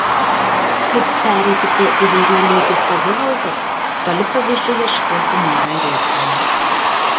kaip pereiti prie įvairių lygių savivaldos toli pavyzdžių ieškoti nėra reikalo